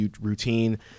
routine